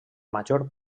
major